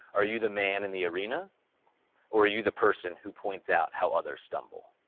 are you the man in the arena or are you the person who points out how others stumble?